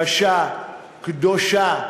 קשה, קדושה,